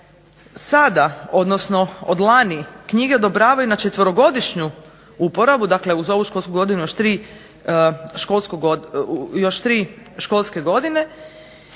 sada odnosno od lani knjige odobravaju na četverogodišnju uporabu dakle uz ovu školsku godinu još tri školske godine,